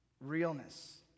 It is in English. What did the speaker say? realness